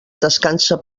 descansa